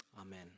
Amen